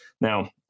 Now